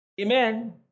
amen